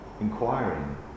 inquiring